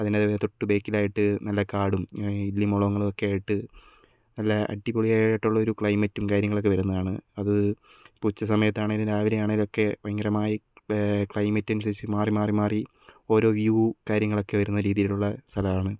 അതിന് തൊട്ട് ബേക്കിലായിട്ട് നല്ല കാടും ഇല്ലിമുളങ്ങളും ഒക്കെയായിട്ട് നല്ല അടിപൊളിയായിട്ടുള്ള ഒരു ക്ലൈമറ്റും കാര്യങ്ങളും ഒക്കെ വരുന്നതാണ് അത് ഇപ്പൊ ഉച്ച സമയത്താണേലും രാവിലെയാണേലും ഒക്കെ ഭയങ്കരമായി ക്ലൈമറ്റ് അനുസരിച്ച് മാറി മാറി മാറി ഓരോ വ്യൂ കാര്യങ്ങളൊക്കെ വരുന്ന രീതിയിലുള്ള സ്ഥലമാണ്